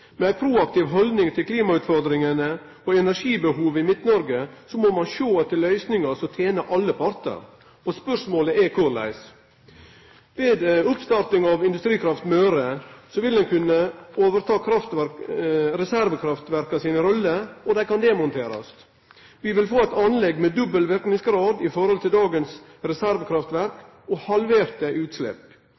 Med ei proaktiv haldning til klimautfordringene og energibehovet i Midt-Noreg må ein sjå etter løysingar som tener alle partar. Spørsmålet er korleis. Ved oppstart av Industrikraft Møre vil ein kunne overta reservekraftverkas rolle, og dei kan demonterast. Vi vil få eit anlegg med dobbel verknadsgrad i forhold til dagens reservekraftverk og halverte utslepp.